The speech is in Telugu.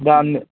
దాన్ని